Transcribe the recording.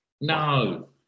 No